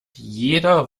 jeder